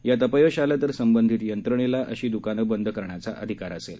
यात अपयश आलं तर संबंधित यंत्रणेला अशी दुकानं बंद करण्याचा अधिकार असेल